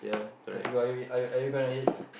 let's go are you are you gonna eat